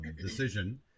decision